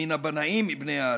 מן הבנאים מבני האדם.